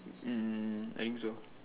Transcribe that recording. mm mm mm I think so